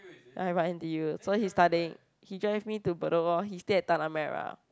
ya he from N_T_U so he studying he drive me to bedok lor he stay at tanah merah